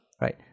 Right